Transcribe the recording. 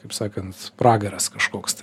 kaip sakant pragaras kažkoks tai